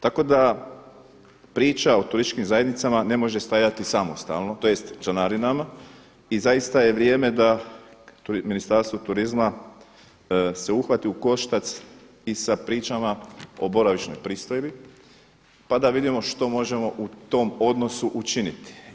Tako da priča o turističkim zajednicama ne može stajati samostalno, tj. članarinama i zaista je vrijeme da Ministarstvo turizma se uhvati u koštac i sa pričama o boravišnoj pristojbi pa da vidimo što možemo u tom odnosu učiniti.